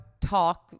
talk